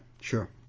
sure